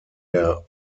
der